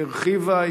הרחיבה,